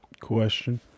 Question